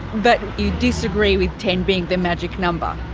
but you disagree with ten being the magic number?